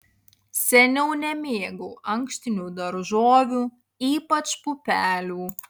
seniau nemėgau ankštinių daržovių ypač pupelių